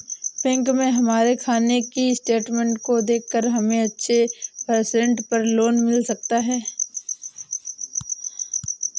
bank में हमारे खाने की स्टेटमेंट को देखकर हमे अच्छे परसेंट पर लोन भी मिल सकता है